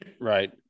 Right